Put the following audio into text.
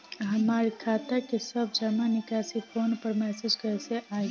हमार खाता के सब जमा निकासी फोन पर मैसेज कैसे आई?